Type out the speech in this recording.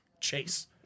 chase